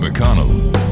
McConnell